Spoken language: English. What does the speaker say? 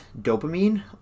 dopamine